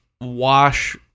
wash